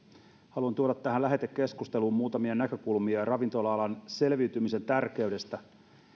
haluan tuoda tähän lähetekeskusteluun muutamia näkökulmia ravintola alan selviytymisen tärkeydestä